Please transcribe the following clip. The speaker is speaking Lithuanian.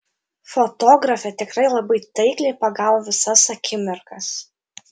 fotografė tikrai labai taikliai pagavo visas akimirkas